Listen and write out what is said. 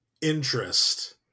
interest